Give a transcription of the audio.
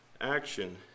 Action